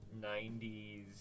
90s